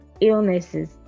illnesses